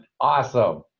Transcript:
Awesome